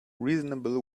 reasonable